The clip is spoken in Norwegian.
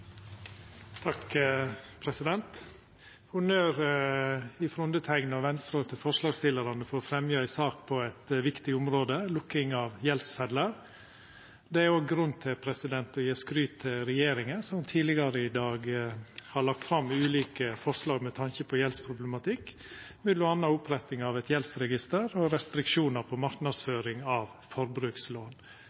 og Venstre til forslagsstillarane for å fremja ei sak på eit viktig område – lukking av gjeldsfeller. Det er òg grunn til å gje skryt til regjeringa, som tidlegare i dag har lagt fram ulike forslag med tanke på gjeldsproblematikk, m.a. oppretting av eit gjeldsregister og restriksjonar på marknadsføring av forbrukslån